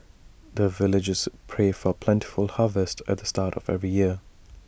the villagers pray for plentiful harvest at the start of every year